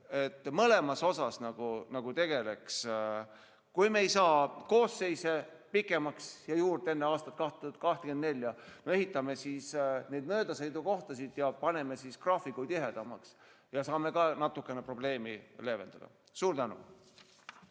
mõlema asjaga nagu tegeletaks. Kui me ei saa koosseise pikemaks ja juurde enne aastat 2024, siis ehitame need möödasõidukohad ja teeme graafikuid tihedamaks, saame ka natukene probleemi leevendada. Suur tänu!